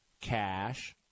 cash